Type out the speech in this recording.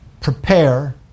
prepare